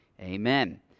Amen